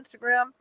Instagram